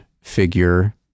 figure